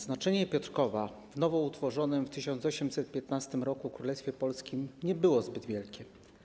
Znaczenie Piotrkowa w nowo utworzonym w 1815 r. Królestwie Polskim nie było zbyt wielkie.